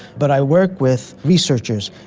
but i work with researchers.